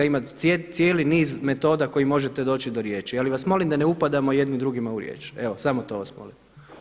Ima cijeli niz metoda kojim možete doći do riječi, ali vas molim da ne upadamo jedni drugima u riječ, evo samo to vas molim.